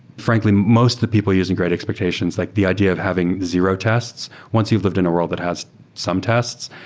frankly, most the people using great expectations, like the idea of having zero tests, once you've lived in a world that has some tests,